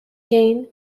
gain